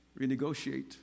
renegotiate